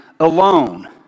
Alone